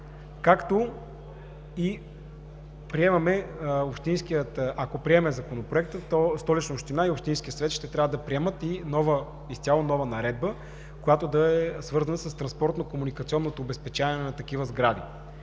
както и ако приемем Законопроекта, то Столична община и Общинският съвет ще трябва да приемат и една изцяло нова наредба, която да е свързана с транспортно-комуникационното обезпечаване на такива сгради,